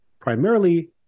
primarily